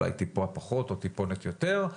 אולי טיפה פחות או טיפה יותר.